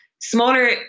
smaller